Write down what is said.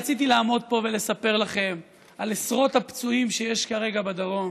רציתי לעמוד פה ולספר לכם על עשרות הפצועים שיש כרגע בדרום,